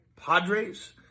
Padres